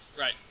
Right